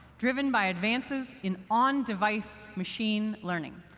driven by advances in on-device machine learning.